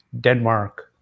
Denmark